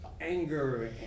anger